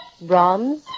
Brahms